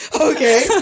Okay